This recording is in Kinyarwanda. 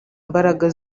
mbaraga